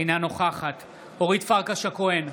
אינה נוכחת אורית פרקש הכהן,